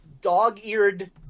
dog-eared